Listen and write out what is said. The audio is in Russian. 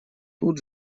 тут